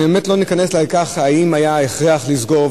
אני באמת לא נכנס לכך אם היה הכרח לסגור,